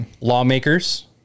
Lawmakers